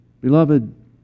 Beloved